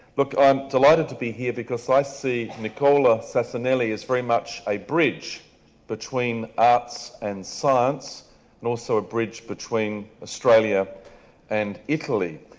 i'm delighted to be here because i see nicola sasanelli as very much a bridge between arts and science and also a bridge between australia and italy.